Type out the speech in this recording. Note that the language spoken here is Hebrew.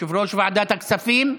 יושב-ראש ועדת הכספים,